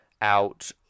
out